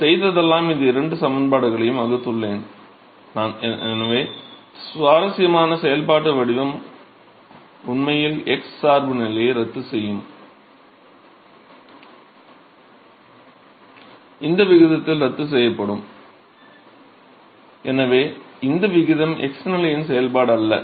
நான் செய்ததெல்லாம் நான் இந்த 2 சமன்பாடுகளையும் வகுத்துள்ளேன் எனவே சுவாரஸ்யமாக செயல்பாட்டு வடிவம் உண்மையில் x சார்புநிலையை ரத்து செய்யும் இந்த விகிதத்தில் ரத்து செய்யப்படும் எனவே இந்த விகிதம் x நிலையின் செயல்பாடு அல்ல